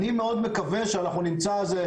אני מאוד מקווה שאנחנו נמצא איזה,